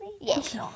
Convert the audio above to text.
Yes